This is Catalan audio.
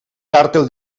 càrtel